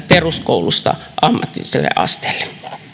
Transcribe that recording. peruskoulusta ammatilliselle asteelle